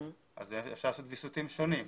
אפשר לעשות ויסותים שונים.